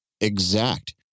Exact